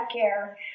Care